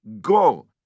go